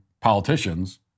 politicians